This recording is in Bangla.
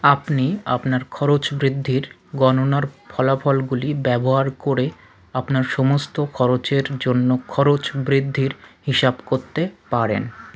আপনি আপনার খরচ বৃদ্ধির গণনার ফলাফলগুলি ব্যবহার করে আপনার সমস্ত খরচের জন্য খরচ বৃদ্ধির হিসাব করতে পারেন